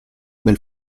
bel